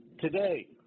Today